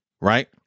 Right